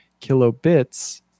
kilobits